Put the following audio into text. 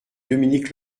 dominique